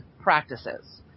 practices